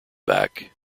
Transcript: back